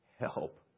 help